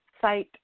site